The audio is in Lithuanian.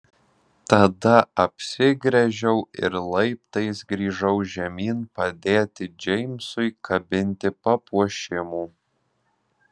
tada apsigręžiau ir laiptais grįžau žemyn padėti džeimsui kabinti papuošimų